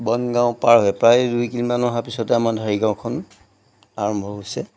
বনগাঁও পাৰ হৈ প্ৰায় দুই কিলোমিটাৰমান অহাৰ পাছতে আমাৰ ঢাৰিগাঁওখন আৰম্ভ হৈছে